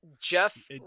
Jeff